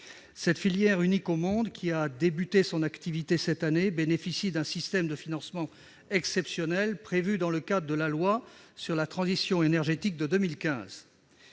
Cette filière unique au monde, qui a commencé son activité cette année, bénéficie d'un système de financement exceptionnel prévu dans le cadre de la loi sur la transition énergétique de 2015.